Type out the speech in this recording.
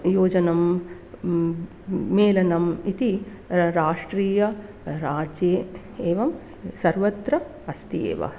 योजनं मेलनम् इति राष्ट्रीय राज्ये एवं सर्वत्र अस्ति एव